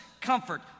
comfort